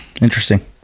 Interesting